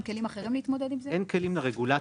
אין היום לרגולטור?